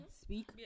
speak